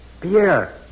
Pierre